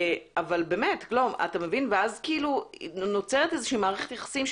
ואז נוצרת מערכת יחסים,